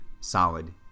solid